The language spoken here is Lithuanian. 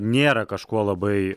nėra kažkuo labai